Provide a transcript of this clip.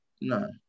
no